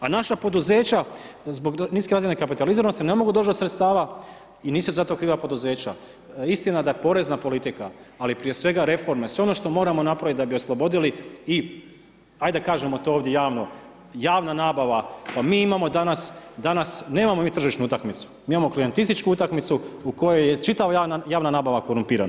A naša poduzeća zbog niske razine kapitaliziranosti ne mogu doći do sredstava i nisu za to kriva poduzeća, istina da porezna politika, ali prije svega reforme, sve ono što moramo napraviti da bi oslobodili i ajde da kažemo to ovdje javno, javna nabava, pa mi imamo danas, nemamo mi tržišnu utakmicu, mi imamo klijentelističku u kojoj je čitava javna nabava korumpirana.